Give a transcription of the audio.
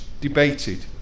debated